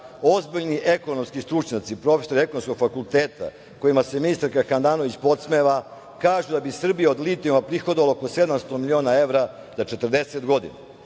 objavio. Ozbiljni ekonomski stručnjaci, profesori Ekonomskog fakulteta, kojima se ministarka Handanović podsmeva, kažu da bi Srbija od litijuma prihodovala oko 700 miliona evra za 40 godina.